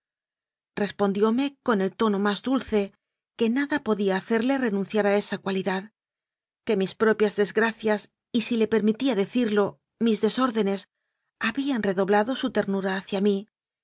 respondióme con el tono más dulce que nada podría hacerle renunciar a esa cualidad que mis propias desgracias y si le permitía decirlo mis desórdenes habían redo blado su ternura hacia mí